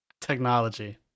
Technology